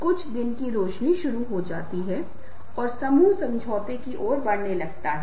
अच्छे नेता के अलावा अगर कोई नेता खुद कड़ी मेहनत करने वाला और ईमानदार नहीं है तो वह दूसरों से कैसे उम्मीद कर सकता है